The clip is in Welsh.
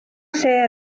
lle